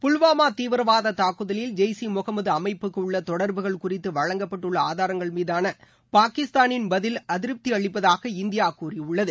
புல்வாமா தீவிரவாத தாக்குதலில் ஜெய்ஸ் இ முகமது அமைப்புக்கு உள்ள தொடர்புகள் குறித்து வழங்கப்பட்டுள்ள ஆதாரங்கள் மீதான பாகிஸ்தானின் பதில் அதிருப்தி அளிப்பதாக இந்தியா கூறியுள்ளது